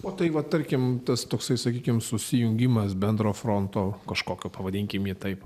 o tai vat tarkim tas toksai sakykim susijungimas bendro fronto kažkokio pavadinkim jį taip